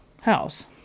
house